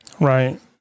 right